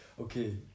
okay